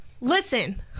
Listen